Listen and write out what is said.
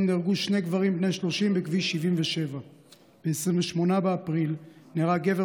נהרגו שני גברים בני 30 בכביש 77. ב-28 באפריל נהרג גבר